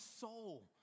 soul